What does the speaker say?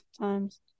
times